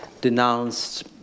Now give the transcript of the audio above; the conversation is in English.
denounced